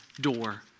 door